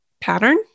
pattern